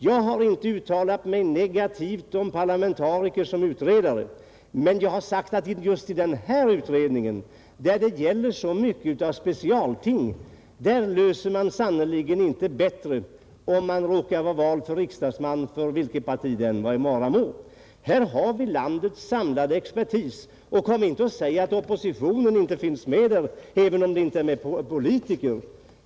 Jag har inte uttalat mig negativt om parlamentariker som utredare, men jag har sagt att just i denna utredning där det gäller så speciella frågor löser man sannerligen inte problemen bättre bara därför att man råkat bli vald till riksdagsman för vilket parti det vara må. Här har vi landets samlade expertis, och kom inte och säg att oppositionen inte finns med där, även om det inta är några politiker med.